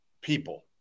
people